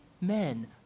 men